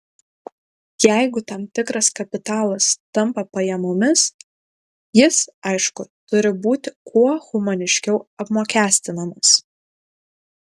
jeigu tam tikras kapitalas tampa pajamomis jis aišku turi būti kuo humaniškiau apmokestinamas